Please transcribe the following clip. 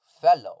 Fellow